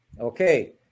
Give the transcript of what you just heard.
Okay